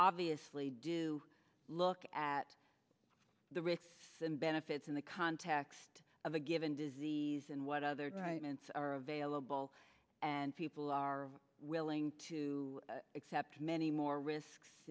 obviously do look at the rates and benefits in the context of a given disease and what other right ants are available and people are willing to accept many more risks